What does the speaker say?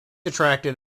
attracted